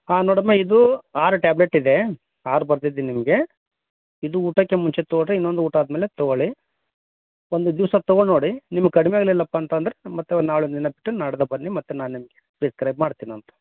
ಹಾಂ ನೋಡಮ್ಮ ಇದು ಆರು ಟ್ಯಾಬ್ಲೆಟ್ ಇದೆ ಆರು ಬರ್ದಿದ್ದೀನಿ ನಿಮಗೆ ಇದು ಊಟಕ್ಕೆ ಮುಂಚೆ ತೊಗೊಳ್ರಿ ಇನ್ನೊಂದು ಊಟ ಆದ ಮೇಲೆ ತೊಗೊಳ್ಳಿ ಒಂದು ದಿವಸ ತೊಗೊಂಡು ನೋಡಿ ನಿಮಗೆ ಕಡಿಮೆ ಆಗಲಿಲ್ಲಪ್ಪ ಅಂತಂದರೆ ಮತ್ತೆ ನಾಳೆ ಒಂದಿನ ಬಿಟ್ಟು ನಾಡ್ದು ಬನ್ನಿ ಮತ್ತೆ ನಾನು ನಿಮ್ಗೆ ಪ್ರಿಸ್ಕ್ರೈಬ್ ಮಾಡ್ತೀನಂತೆ